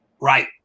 right